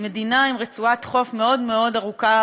היא מדינה עם רצועת חוף מאוד מאוד ארוכה,